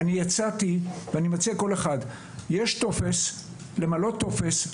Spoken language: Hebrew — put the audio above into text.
אני מציע לכל אחד למלא טופס.